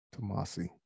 Tomasi